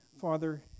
Father